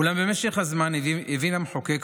אולם במשך הזמן הבין המחוקק,